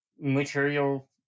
material